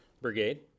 Brigade